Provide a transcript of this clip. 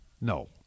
no